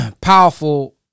Powerful